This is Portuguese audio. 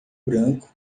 branco